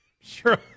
sure